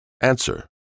Answer